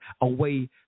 away